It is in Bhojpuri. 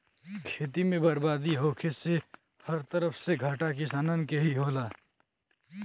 खेती में बरबादी होखे से हर तरफ से घाटा किसानन के ही होला